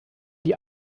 die